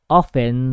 often